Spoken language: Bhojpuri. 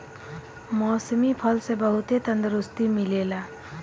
मौसमी फल से बहुते तंदुरुस्ती मिलेला